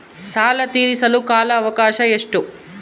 ಸಾಲ ತೇರಿಸಲು ಕಾಲ ಅವಕಾಶ ಎಷ್ಟು?